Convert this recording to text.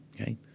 okay